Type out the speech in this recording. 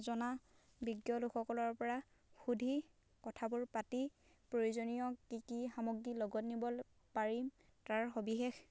জনা বিজ্ঞলোকসকলৰ পৰা সুধি কথাবোৰ পাতি প্ৰয়োজনীয় কি কি সামগ্ৰী লগত নিব পাৰিম তাৰ সবিশেষ